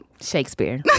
Shakespeare